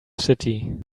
city